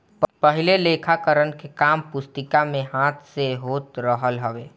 पहिले लेखाकरण के काम पुस्तिका में हाथ से होत रहल हवे